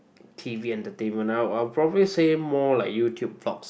t_v entertainment I I would probably say more like YouTube talks